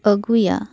ᱟᱜᱩᱭᱟ